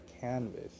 canvas